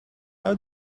how